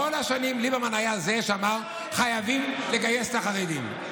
כל השנים ליברמן היה זה שאמר: חייבים לגייס את החרדים.